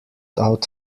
out